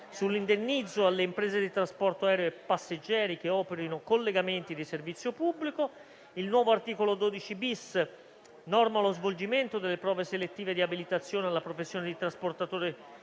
sull'indennizzo alle imprese di trasporto aereo passeggeri che operino collegamenti di servizio pubblico. Il nuovo articolo 12-*bis* norma lo svolgimento delle prove selettive di abilitazione alla professione di trasportatore su